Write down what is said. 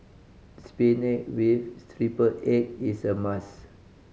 spinach with triple egg is a must